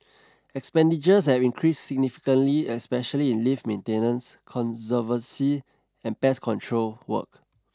expenditures have increased significantly especially in lift maintenance conservancy and pest control work